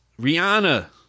Rihanna